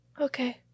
Okay